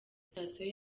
sitasiyo